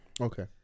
Okay